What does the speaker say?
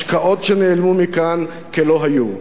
השקעות שנעלמו מכאן כלא היו.